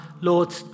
Lord